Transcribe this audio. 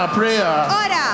prayer